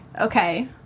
Okay